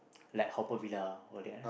like Haw-Par-Villa all that